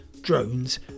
drones